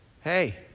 hey